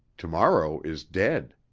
tomorrow is dead.